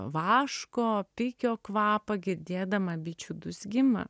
vaško pikio kvapą girdėdama bičių dūzgimą